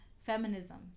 feminism